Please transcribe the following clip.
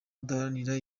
udaharanira